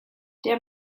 der